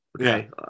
Okay